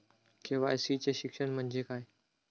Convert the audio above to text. KYC चे शिक्षण म्हणजे काय?